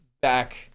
back